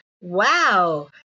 Wow